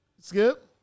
Skip